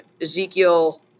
Ezekiel